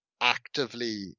actively